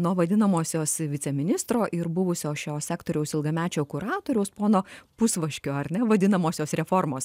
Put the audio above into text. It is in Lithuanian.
nuo vadinamosios viceministro ir buvusio šio sektoriaus ilgamečio kuratoriaus pono pusvaškio ar ne vadinamosios reformos